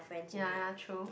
ya ya true